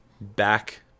back